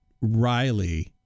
Riley